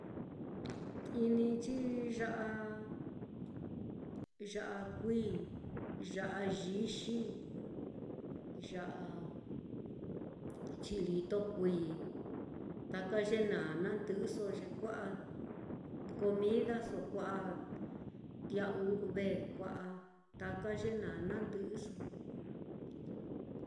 Inichi ya'a ya'a kuií, ya'a yixi, ya'a chilito kuií, taka ye naá nanɨꞌɨso ye kua'a comidaso, kua'a tia'a u've kua'a, taka ye na'a nandɨꞌɨso.